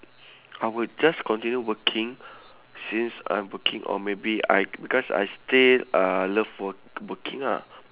I would just continue working since I'm working or maybe I because I still uh love work~ working ah